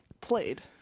played